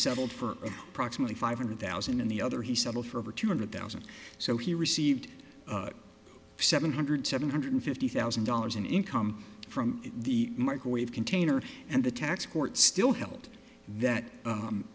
settled for a proximately five hundred thousand and the other he settled for over two hundred thousand so he received seven hundred seven hundred fifty thousand dollars in income from the market wave container and the tax court still held that